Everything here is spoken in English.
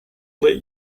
let